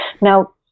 Now